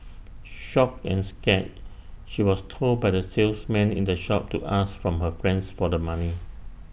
shocked and scared she was told by the salesman in the shop to ask from her friends for the money